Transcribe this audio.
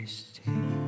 stay